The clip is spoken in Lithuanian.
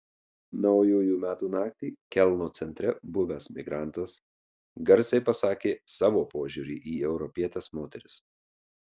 naujųjų metų naktį kelno centre buvęs migrantas garsiai pasakė savo požiūrį į europietes moteris